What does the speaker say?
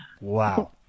Wow